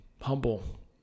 humble